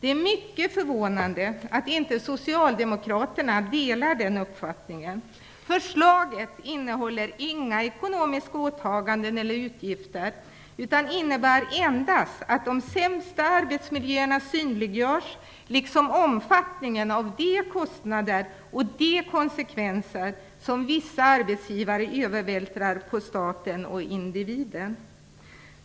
Det är mycket förvånande att inte socialdemokraterna delar den uppfattningen. Förslaget innehåller inga ekonomiska åtaganden eller utgifter, utan innebär endast att de sämsta arbetsmiljöerna synliggörs, liksom omfattningen av de kostnader och de konsekvenser som vissa arbetsgivare övervältrar på staten och på individen.